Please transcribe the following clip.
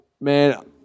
Man